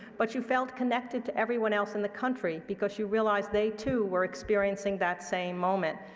but you felt connected to everyone else in the country because you realized they, too, were experiencing that same moment.